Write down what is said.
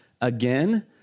again